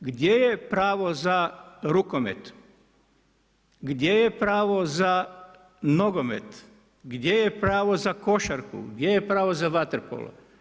Gdje je pravo za rukomet, gdje je pravo za nogomet, gdje je pravo za košarku, gdje je pravo za vaterpolo?